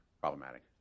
problematic